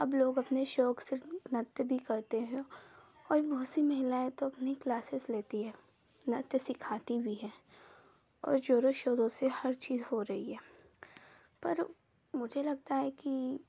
अब लोग अपने शौक से नृत्य भी करते हैं और बहुत सी महिलाएँ तो अपनी क्लासेज लेती हैं नृत्य सिखाती भी हैं और जोरों शोरों से हर चीज हो रही है पर मुझे लगता है कि